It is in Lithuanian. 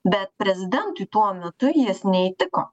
bet prezidentui tuo metu jis neįtiko